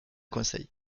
conseil